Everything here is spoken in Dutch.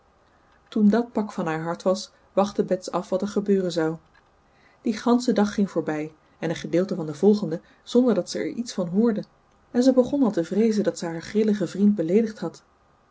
toen dat pak van haar hart was wachtte bets af wat er gebeuren zou die gansche dag ging voorbij en een gedeelte van den volgenden zonder dat ze er iets van hoorde en ze begon al te vreezen dat ze haar grilligen vriend beleedigd had